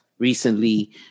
Recently